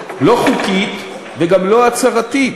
לא חוקית וגם לא הצהרתית,